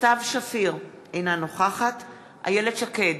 סתיו שפיר, אינה נוכחת איילת שקד,